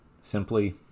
simply